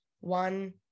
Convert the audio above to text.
one